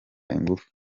ingufu